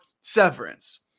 severance